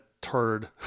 turd